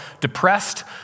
depressed